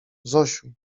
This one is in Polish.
zosiu